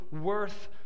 worth